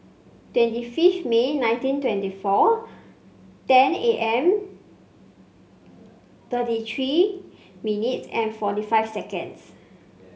twenty fifth May nineteen twenty four ten am thirty three minutes and forty five seconds